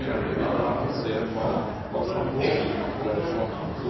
og vi vil se på hva som